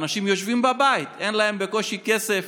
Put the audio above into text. אנשים יושבים בבית, בקושי יש להם כסף